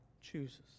chooses